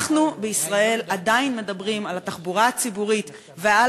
אנחנו בישראל עדיין מדברים על התחבורה הציבורית ועל